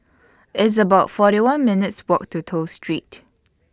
It's about forty one minutes' Walk to Toh Street